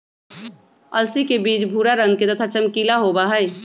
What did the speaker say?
अलसी के बीज भूरा रंग के तथा चमकीला होबा हई